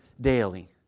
Daily